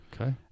Okay